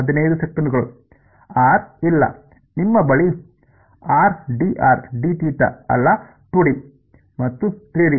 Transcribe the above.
r ಇಲ್ಲ ನಿಮ್ಮ ಬಳಿ ಅಲ್ಲ 2 ಡಿ ಮತ್ತು 3 ಡಿ ಇದೆಯೇ